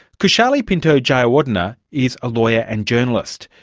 kishali pinto-jayawardena is a lawyer and journalist.